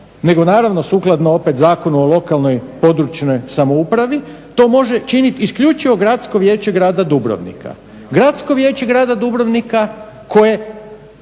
nego naravno sukladno opet Zakonu o lokalnoj (područnoj) samoupravi to može činiti isključivo Gradsko vijeće grada Dubrovnika. Gradsko vijeće grada Dubrovnika koje